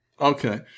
Okay